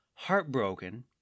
Heartbroken